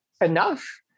enough